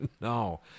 No